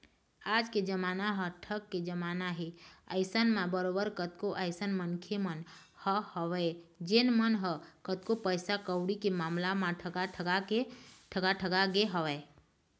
आज के जमाना ह ठग के जमाना हे अइसन म बरोबर कतको अइसन मनखे मन ह हवय जेन मन ह कतको पइसा कउड़ी के मामला म ठगा ठगा गे हवँय